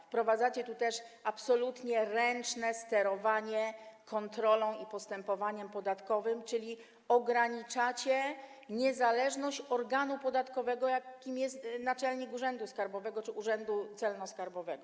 Wprowadzacie tu absolutnie ręczne sterowanie kontrolą i postępowaniem podatkowym, czyli ograniczacie niezależność organu podatkowego, jakim jest naczelnik urzędu skarbowego czy urzędu celno-skarbowego.